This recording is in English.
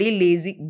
lazy